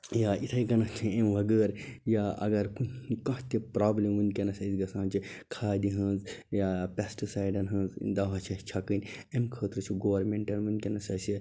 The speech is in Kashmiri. یا یِتھے کٔنۍ چھِ اَمہِ وَغٲر یا اگر کانٛہہ تہِ پرٛابلم وُنٛکیٚس اسہِ گَژھان چھِ کھادٕ ہنٛز یا پیٚسٹہٕ سایڈَن ہنٛز دوا چھِ اسہِ چھَکٕنۍ اَمہِ خٲطرٕ چھ گورمِنٹن وُنٛکیٚس اسہِ